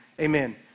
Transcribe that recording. amen